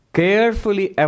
carefully